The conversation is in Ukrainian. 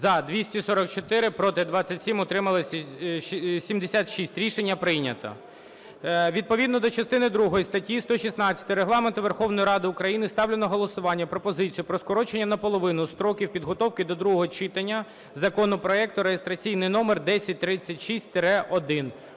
За-244 Проти – 27, утрималось – 76. Рішення прийнято. Відповідно до частини другої статті 116 Регламенту Верховної Ради України ставлю на голосування пропозицію про скорочення наполовину строків підготовки до другого читання законопроекту (реєстраційний номер 1036-1).